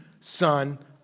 Son